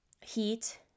heat